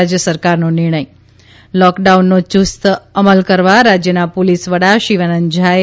રાજ્ય સરકારનો નિર્ણય લોકડાઉનનો યુસ્તઅમલ કરવા રાજ્યના પોલીસ વડા શિવાનંદ ઝાએ